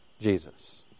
Jesus